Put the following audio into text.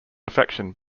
affection